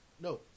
No